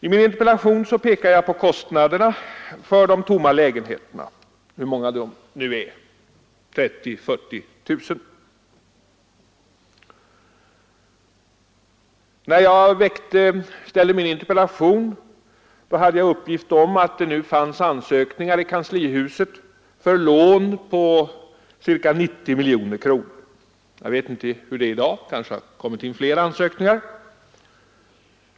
I min interpellation pekade jag på kostnaderna för de tomma lägenheterna — hur många de nu är, kanske 30 000-40 000. När jag framställde interpellationen hade jag en uppgift om att det fanns ansökningar i kanslihuset om lån på ca 90 miljoner kronor. Jag vet inte hurdan situationen är i dag — det har kanske kommit in fler ansökningar.